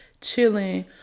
chilling